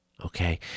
okay